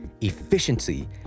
efficiency